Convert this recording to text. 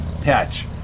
Patch